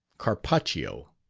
carpaccio.